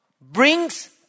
brings